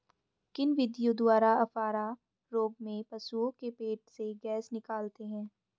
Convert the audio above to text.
किन विधियों द्वारा अफारा रोग में पशुओं के पेट से गैस निकालते हैं?